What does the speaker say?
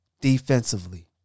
Defensively